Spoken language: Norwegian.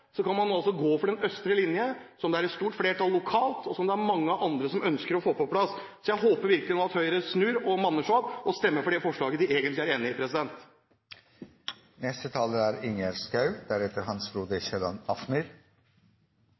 kan man gå inn for den østlige linjen, som det er et stort flertall for lokalt, og som mange andre ønsker å få på plass. Så jeg håper virkelig nå at Høyre snur og manner seg opp og stemmer for det forslaget de egentlig er enig i.